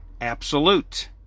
Absolute